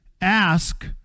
ask